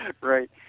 Right